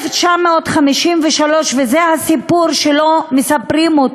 ב-1953, וזה הסיפור שלא מספרים,